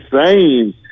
insane